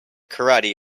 karate